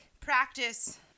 practice